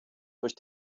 durch